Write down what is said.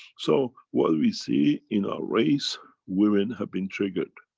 so what we see in a race women, have been triggered.